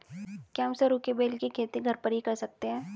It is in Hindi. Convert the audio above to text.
क्या हम सरू के बेल की खेती घर पर ही कर सकते हैं?